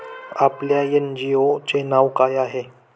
आपल्या एन.जी.ओ चे नाव काय आहे?